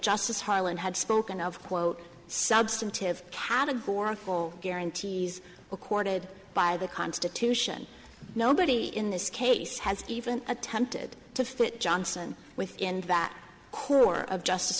justice harlan had spoken of quote substantive categorical guarantees recorded by the constitution nobody in this case has even attempted to fit johnson within that core of justice